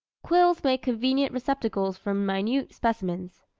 quills make convenient receptacles for minute specimens.